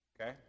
Okay